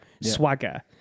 swagger